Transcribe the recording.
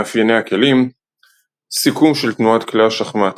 מאפייני הכלים סיכום של תנועת כלי השחמט